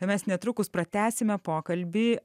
mes netrukus pratęsime pokalbį